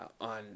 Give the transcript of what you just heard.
on